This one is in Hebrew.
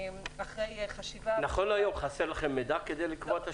אחרי חשיבה --- נכון להיום חסר לכם מידע כדי לקבוע את השומות?